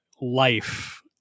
life